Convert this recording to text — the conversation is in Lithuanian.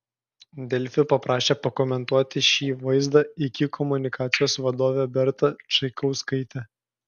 delfi paprašė pakomentuoti šį vaizdą iki komunikacijos vadovę bertą čaikauskaitę